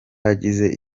agize